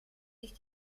sich